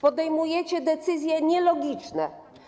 Podejmujecie decyzje nielogiczne.